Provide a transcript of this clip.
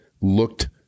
looked